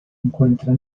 encuentra